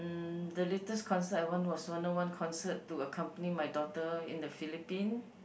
hmm the latest concert I went was one oh one concert to accompany my daughter in the Philippine